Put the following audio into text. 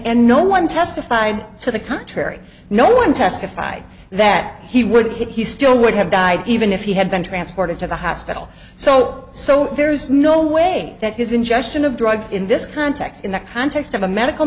end no one testified to the contrary no one testified that he would he still would have died even if he had been transported to the hospital so so there's no way that his ingestion of drugs in this context in the context of a medical